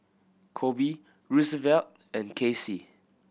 Koby Roosevelt and Kacie